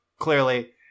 Clearly